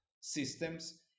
systems